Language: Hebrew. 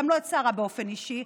גם לא את שרה באופן אישי,